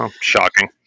shocking